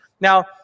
Now